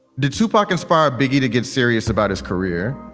did tupac inspire biggie to get serious about his career